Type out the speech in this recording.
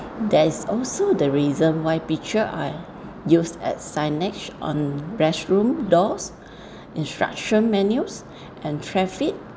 that is also the reason why picture are used at signage on restroom doors instruction manuals and traffic